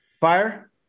Fire